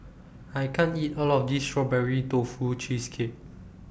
I can't eat All of This Strawberry Tofu Cheesecake